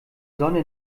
sonne